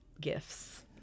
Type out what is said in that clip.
gifts